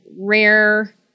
rare